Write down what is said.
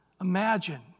Imagine